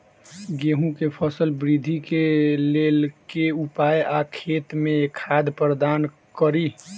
गेंहूँ केँ फसल वृद्धि केँ लेल केँ उपाय आ खेत मे खाद प्रदान कड़ी?